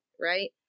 right